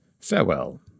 farewell